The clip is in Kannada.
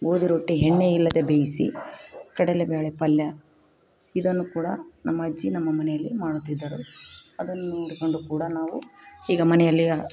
ಗೋಧಿ ರೊಟ್ಟಿ ಎಣ್ಣೆ ಇಲ್ಲದೆ ಬೇಯಿಸಿ ಕಡಲೆ ಬೇಳೆ ಪಲ್ಯ ಇದನ್ನು ಕೂಡ ನಮ್ಮ ಅಜ್ಜಿ ನಮ್ಮ ಮನೆಯಲ್ಲಿ ಮಾಡುತ್ತಿದ್ದರು ಅದನ್ನು ನೋಡಿಕೊಂಡು ಕೂಡ ನಾವು ಈಗ ಮನೆಯಲ್ಲಿ